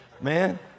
Man